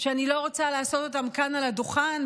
שאני לא רוצה לעשות אותן כאן על הדוכן,